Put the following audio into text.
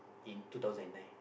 in two thousand and nine